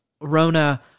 Rona